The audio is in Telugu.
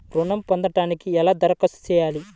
ఋణం పొందటానికి ఎలా దరఖాస్తు చేయాలి?